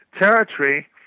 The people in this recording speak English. territory